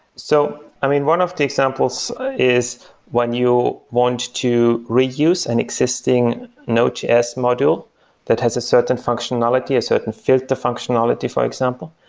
so, i mean, one of the examples is when you want to reuse an existing node js module that has a certain functionality, a certain filter functionality, for example.